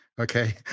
Okay